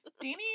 Danny